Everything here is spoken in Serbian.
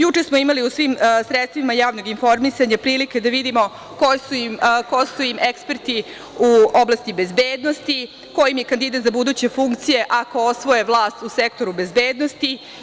Juče smo imali u svim sredstvima javnog informisanja prilike da vidimo ko su im eksperti u oblasti bezbednosti, ko im je kandidat za buduće funkcije ako osvoje vlast u sektoru bezbednosti.